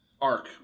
arc